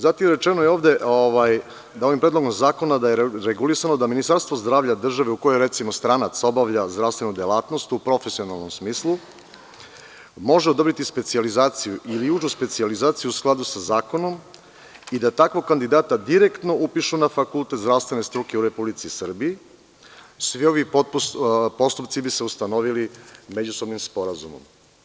Zatim, rečeno je ovde da je ovim Predlogom zakona regulisano da ministarstvo zdravlja države u kojoj, recimo, stranac obavlja zdravstvenu delatnost, u profesionalnom smislu, može odobriti specijalizaciju ili užu specijalizaciju, u skladu sa zakonom, i da takvog kandidata direktno upišu na fakultet zdravstvene struke u Republici Srbiji, svi ovi postupci bi se ustanovili međusobnim sporazumom.